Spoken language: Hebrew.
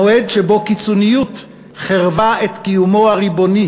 המועד שבו קיצוניות חירבה את קיומו הריבוני